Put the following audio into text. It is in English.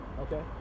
Okay